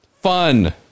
fun